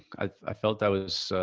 i felt that was a,